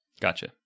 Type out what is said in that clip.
Gotcha